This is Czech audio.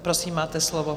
Prosím, máte slovo.